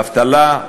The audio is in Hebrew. אבטלה,